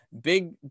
big